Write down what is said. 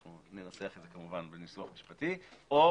אנחנו כמובן ננסח את זה בניסוח משפטי "או